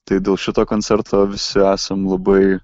tai dėl šito koncerto visi esam labai